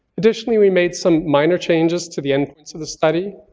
additionally we made some minor changes to the endpoints of the study,